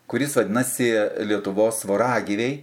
kuris vadinasi lietuvos voragyviai